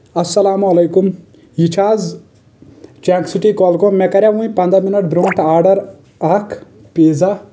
السلامُ علیکُم یہِ چھا حظ چنک سٹی گۄلگوم مےٚ کریاو وُنۍ پنٛداہ منٹ برونٹھ آڈر اکھ پیٖزا